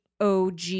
OG